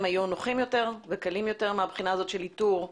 היו נוחים יותר וקלים יותר מהבחינה הזאת של איתור אסיר.